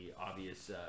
obvious